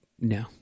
No